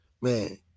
man